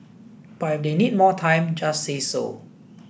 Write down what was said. but if they need more time just say so